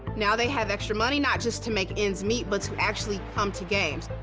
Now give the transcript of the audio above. now they have extra money, not just to make ends meet, but to actually come to games.